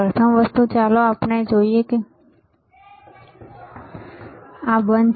પ્રથમ વસ્તુ ચાલો જોઈએ આ બંધ છે